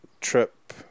trip